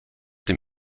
dem